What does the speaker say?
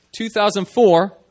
2004